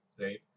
right